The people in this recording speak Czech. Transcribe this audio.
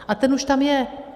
A ten už tam je.